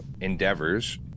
endeavors